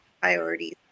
priorities